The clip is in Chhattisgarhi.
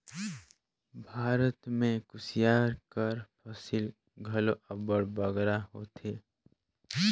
भारत में कुसियार कर फसिल घलो अब्बड़ बगरा होथे